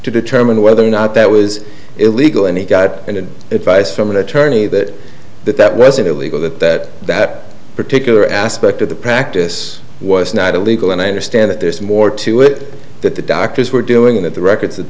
to determine whether or not that was illegal and he got an advice from an attorney that that that wasn't illegal that that particular aspect of the practice was not illegal and i understand that there's more to it that the doctors were doing that the records that